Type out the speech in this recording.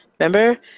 Remember